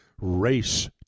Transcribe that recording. race